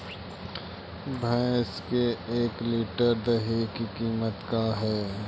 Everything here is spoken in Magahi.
भैंस के एक लीटर दही के कीमत का है?